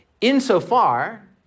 insofar